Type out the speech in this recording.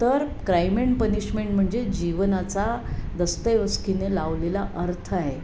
तर crime and punishment म्हणजे जीवनाचा दस्तयवस्कीने लावलेला अर्थ आहे